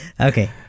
Okay